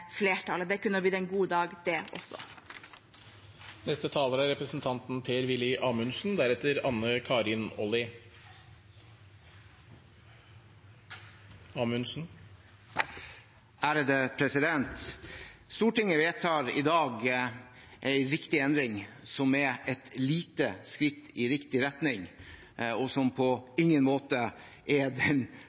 flertallet. Det kunne ha blitt en god dag, det også. Stortinget vedtar i dag en riktig endring som er et lite skritt i riktig retning, og som på ingen måte er